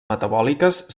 metabòliques